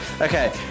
Okay